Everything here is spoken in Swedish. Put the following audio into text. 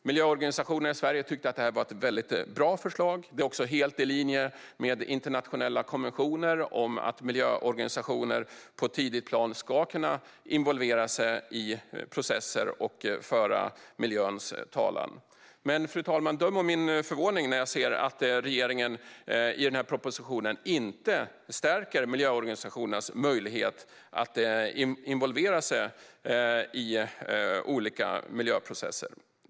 Miljöorganisationerna i Sverige tyckte att det här var ett väldigt bra förslag. Det är också helt i linje med internationella konventioner om att miljöorganisationer på ett tidigt plan ska kunna involvera sig i processer och föra miljöns talan. Döm om min förvåning, fru talman, när jag ser att regeringen i den här propositionen inte stärker miljöorganisationernas möjlighet att involvera sig i olika miljöprocesser.